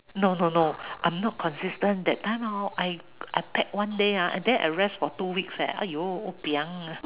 no no no I'm not consistent that time hor I pack one day ah then I rest for two weeks leh !aiyo! !wapiang!